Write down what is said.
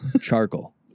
Charcoal